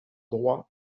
droit